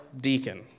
deacon